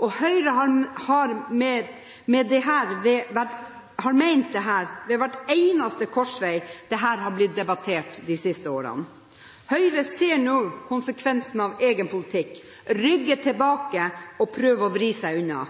Høyre har ved hver eneste korsvei der dette har blitt diskutert de siste årene, ment dette. Høyre ser nå konsekvensene av egen politikk, rygger tilbake og prøver å vri seg unna.